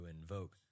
invoke